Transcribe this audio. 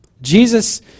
Jesus